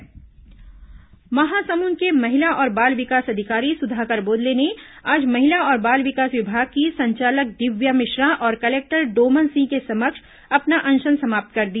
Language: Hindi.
अधिकारी अनशन समाप्त महासमुंद के महिला और बाल विकास अधिकारी सुधाकर बोदले ने आज महिला और बाल विकास विभाग की संचालक दिव्या मिश्रा और कलेक्टर डोमन सिंह के समक्ष अपना अनशन समाप्त कर दिया